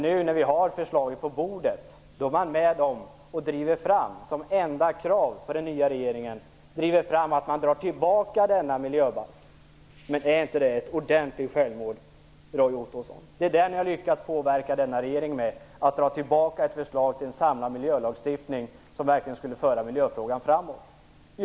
Nu när vi har förslaget på bordet ställer man som enda krav på den nya regeringen att ta tillbaka detta förslag till miljöbalk. Är inte det ett ordentligt självmål, Roy Ottosson? Det enda ni har lyckats påverka denna regering med är att dra tillbaka ett förslag till en samlad miljölagstiftning som verkligen skulle föra miljöfrågan framåt.